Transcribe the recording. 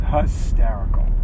hysterical